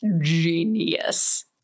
genius